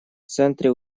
центре